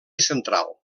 central